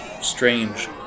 strange